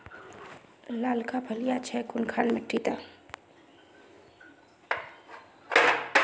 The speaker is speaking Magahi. लालका फलिया छै कुनखान मिट्टी त?